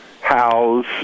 house